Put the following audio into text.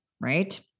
right